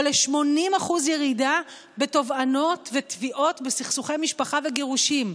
או ל-80% ירידה בתובענות ותביעות בסכסוכי משפחה וגירושין.